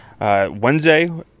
Wednesday